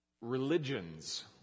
religions